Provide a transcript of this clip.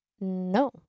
no